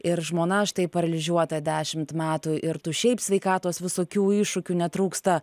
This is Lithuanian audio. ir žmona štai paralyžiuota dešimt metų ir tų šiaip sveikatos visokių iššūkių netrūksta